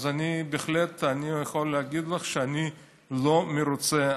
אני בהחלט, אני יכול להגיד לך שאני לא מרוצה.